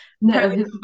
no